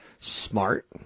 smart